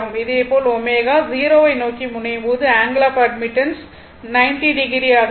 இதே போல் ω 0 வை நோக்கி முனையும் போது ஆங்கிள் ஆப் அட்மிட்டன்ஸ் 90o ஆக இருக்கும்